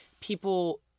People